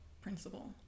principle